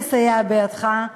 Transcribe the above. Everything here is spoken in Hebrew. אסייע בידך,